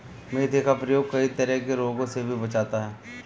मेथी का प्रयोग कई तरह के रोगों से भी बचाता है